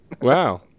Wow